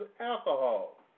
alcohol